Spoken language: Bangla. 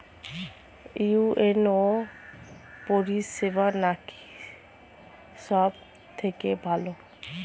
ইউ.এন.ও পরিসেবা নাকি সব থেকে ভালো?